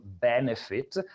benefit